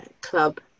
club